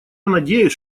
надеюсь